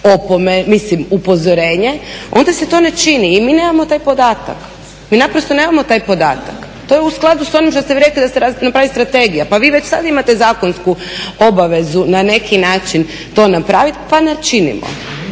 opomenu, upozorenje onda se to ne čini, i mi nemamo taj podatak. Mi naprosto nemamo taj podatak, to je u skladu s onim što ste vi rekli da se napravi strategija. Pa vi već sad imate zakonsku obavezu na neki način to napravit, pa ne činimo.